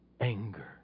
anger